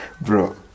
bro